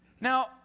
Now